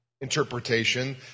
interpretation